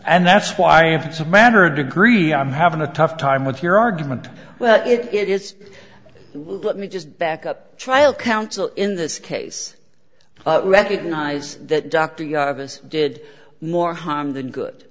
and that's why if it's a matter of degree i'm having a tough time with your argument it is let me just back up trial counsel in this case recognize that doctor did more harm than good